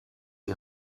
die